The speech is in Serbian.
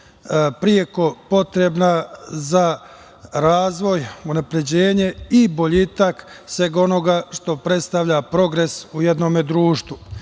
preko potrebna za razvoj, unapređenje i boljitak svega onoga što predstavlja progres u jednome društvu. Da